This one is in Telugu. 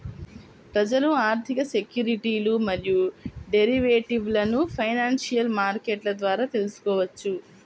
ప్రజలు ఆర్థిక సెక్యూరిటీలు మరియు డెరివేటివ్లను ఫైనాన్షియల్ మార్కెట్ల ద్వారా తెల్సుకోవచ్చు